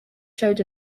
showed